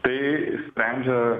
tai sprendžia